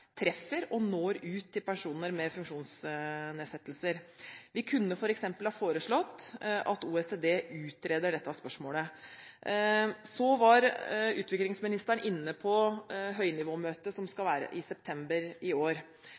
treffer og når ut til personer med funksjonsnedsettelser. Vi kunne f.eks. ha foreslått at OECD utreder dette spørsmålet. Så var utviklingsministeren inne på høynivåmøtet som skal være i september i år,